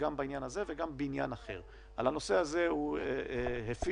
וגם לעדכן את חברי הוועדה.